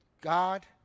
God